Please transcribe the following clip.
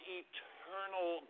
eternal